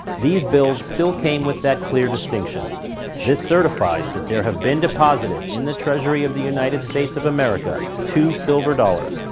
these bills still came with that clear distinction this certifies that there have been deposited in the treasury of the unites states of america two silver dollars,